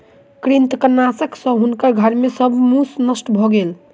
कृंतकनाशक सॅ हुनकर घर के सब मूस नष्ट भ गेल